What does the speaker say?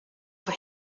for